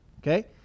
okay